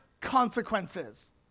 consequences